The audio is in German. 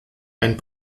ein